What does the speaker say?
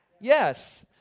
Yes